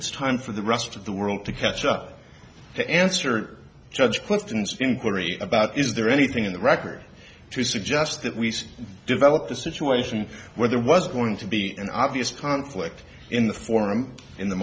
it's time for the rest of the world to catch up to answer such questions inquiry about is there anything in the record to suggest that we developed a situation where there was going to be an obvious conflict in the forum in the